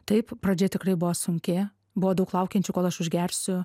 taip pradžia tikrai buvo sunki buvo daug laukiančių kol aš užgersiu